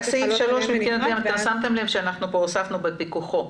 בסעיף (3), אתם שמתם לב שהוספנו את "בפיקוחו".